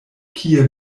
kie